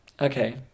okay